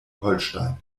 holstein